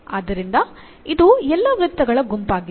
ಆದ್ದರಿಂದ ಇದು ಎಲ್ಲಾ ವೃತ್ತಗಳ ಗುಂಪಾಗಿದೆ